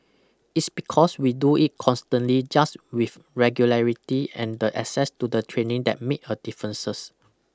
its because we do it constantly just with regularity and the access to the training that make a differences